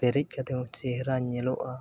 ᱯᱮᱨᱮᱡ ᱠᱟᱛᱮᱫ ᱦᱚᱸ ᱪᱮᱦᱨᱟ ᱧᱮᱞᱚᱜᱼᱟ